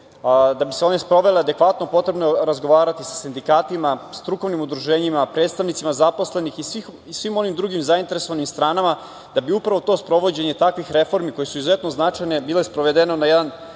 da bi se one sprovele adekvatno, potrebno je razgovarati sa sindikatima, strukovnim udruženjima, predstavnicima zaposlenih i svim onim drugim zainteresovanim stranama da bi upravo to sprovođenje takvih reformi koje su izuzetno značajne, bile sprovedene na jedan